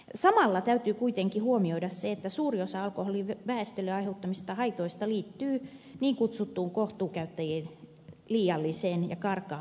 samalla täytyy kuitenkin huomioida se että suurin osa alkoholin väestölle aiheuttamista haitoista liittyy niin kutsuttuun kohtuukäyttäjien liialliseen ja karkaavaan juomiseen